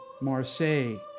Marseille